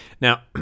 Now